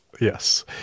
Yes